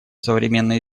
современной